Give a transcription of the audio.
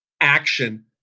action